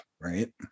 Right